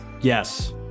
Yes